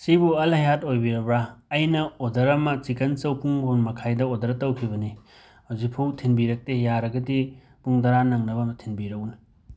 ꯁꯤꯕꯨ ꯑꯜ ꯍꯥꯌꯥꯠ ꯑꯣꯏꯕꯤꯔꯕ꯭ꯔ ꯑꯩꯅ ꯑꯣꯗꯔ ꯑꯃ ꯆꯤꯀꯟ ꯆꯧ ꯄꯨꯡ ꯃꯥꯄꯟ ꯃꯈꯥꯏꯗ ꯑꯣꯔꯗꯔ ꯇꯧꯈꯤꯕꯅꯤ ꯍꯧꯖꯤꯛꯐꯧ ꯊꯤꯟꯕꯤꯔꯛꯇꯦ ꯌꯥꯔꯒꯗꯤ ꯄꯨꯡ ꯇꯔꯥ ꯅꯪꯅꯕꯅ ꯑꯝꯇ ꯊꯤꯟꯕꯤꯔꯛꯎꯅꯦ